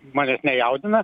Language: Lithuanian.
manęs nejaudina